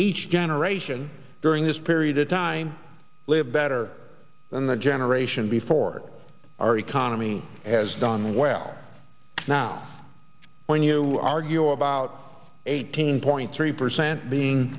each generation during this period of time live better than the generation before our economy has done well now when you argue about eighteen point three percent being